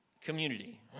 Community